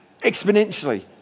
exponentially